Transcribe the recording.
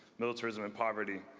militarism, and poverty.